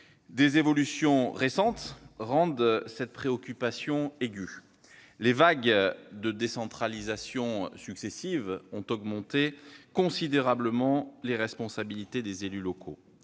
Des évolutions récentes rendent cette préoccupation aiguë : les vagues de décentralisation successives ont augmenté considérablement les responsabilités des élus locaux